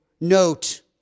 note